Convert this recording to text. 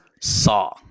saw